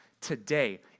today